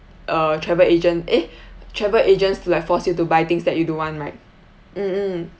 uh travel agent eh travel agents to like force you to buy things that you don't want right mm mm